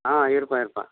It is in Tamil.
ஆ இருப்பேன் இருப்பேன்